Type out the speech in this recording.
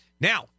Now